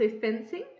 fencing